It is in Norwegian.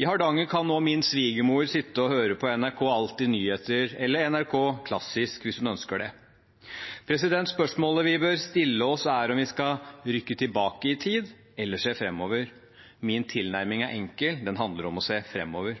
I Hardanger kan nå min svigermor sitte og høre på NRK Alltid nyheter eller NRK Klassisk hvis hun ønsker det. Spørsmålet vi bør stille oss, er om vi skal rykke tilbake i tid – eller se framover. Min tilnærming er enkel, den handler om å se framover.